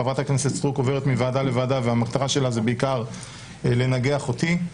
חברת הכנסת סטרוק עוברת מוועדה לוועדה והמטרה שלה היא בעיקר לנגח אותי.